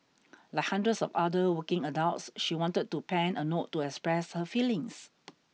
like hundreds of other working adults she wanted to pen a note to express her feelings